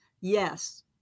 Yes